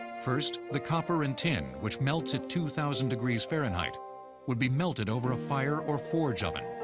first, the copper and tin which melts at two thousand degrees fahrenheit would be melted over a fire or forge oven.